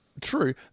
True